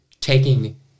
taking